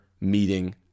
meeting